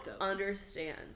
understand